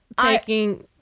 taking